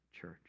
church